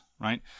Right